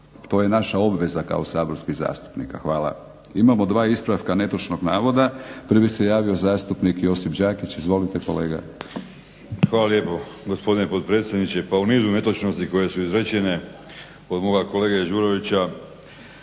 To je naša obveza kao saborskih zastupnika. Hvala. Imamo dva ispravka netočnog navoda. Prvi se javio zastupnik Josip Đakić. Izvolite kolega. **Đakić, Josip (HDZ)** Hvala lijepo, gospodine potpredsjedniče. Pa u nizu netočnosti koje su izrečene od moga kolege Đurovića